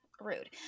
rude